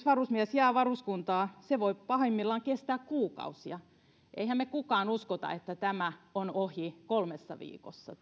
varusmies jää varuskuntaan se voi pahimmillaan kestää kuukausia eihän meistä kukaan usko että tämä rajoitus on ohi kolmessa viikossa